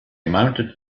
mounted